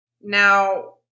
Now